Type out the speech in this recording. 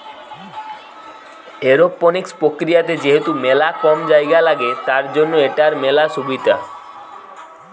aeroponics প্রক্রিয়াতে যেহেতু মেলা কম জায়গা লাগে, তার জন্য এটার মেলা সুবিধা